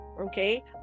Okay